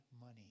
money